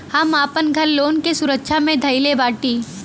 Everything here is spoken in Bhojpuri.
हम आपन घर लोन के सुरक्षा मे धईले बाटी